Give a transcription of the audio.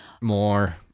more